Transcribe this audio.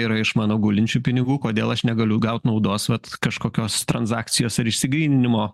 yra iš mano gulinčių pinigų kodėl aš negaliu gaut naudos vat kažkokios transakcijos ar išsigryninimo